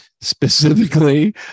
specifically